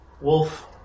Wolf